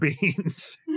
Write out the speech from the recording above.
beans